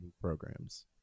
programs